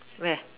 where